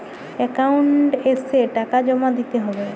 Account এসে টাকা জমা দিতে হবে?